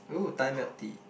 oh Thai milk tea